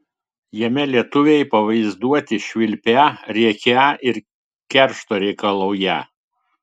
jame lietuviai pavaizduoti švilpią rėkią ir keršto reikalaują